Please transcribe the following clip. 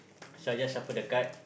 so I just shuffle the card